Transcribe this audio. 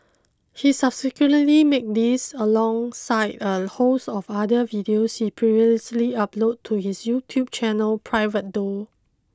he subsequently made these alongside a host of other videos he previously uploaded to his YouTube channel private though